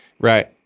right